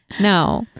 No